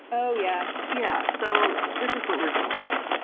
oh, yeah. yeah, so this is what we're dealing with.